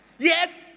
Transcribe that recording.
Yes